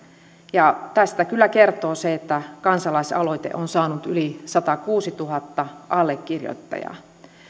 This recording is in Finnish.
ja tästä kyllä kertoo se että kansalaisaloite on saanut yli satakuusituhatta allekirjoittajaa